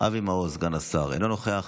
אבי מעוז, סגן השר, אינו נוכח.